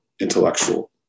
intellectual